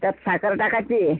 त्यात साखर टाकायची